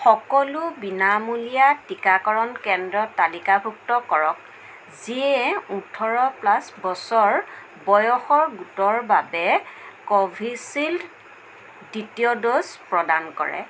সকলো বিনামূলীয়া টীকাকৰণ কেন্দ্ৰ তালিকাভুক্ত কৰক যিয়ে ওঠৰ প্লাছ বছৰ বয়সৰ গোটৰ বাবে ক'ভিচিল্ড দ্বিতীয় ড'জ প্ৰদান কৰে